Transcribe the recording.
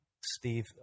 Steve